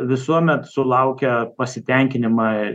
visuomet sulaukia pasitenkinimą